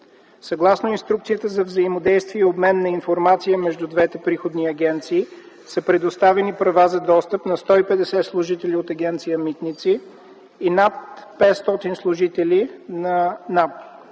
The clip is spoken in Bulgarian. Съгласно инструкцията за взаимодействие и обмен на информация между двете приходни агенции са предоставени права за достъп на 150 служители от Агенция „Митници” и над 500 служители от НАП.